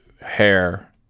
Hair